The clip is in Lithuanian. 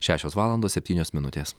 šešios valandos septynios minutės